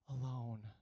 alone